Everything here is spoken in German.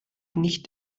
nicht